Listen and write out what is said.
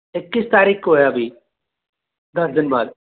इक्कीस तारीख को है अभी दस दिन बाद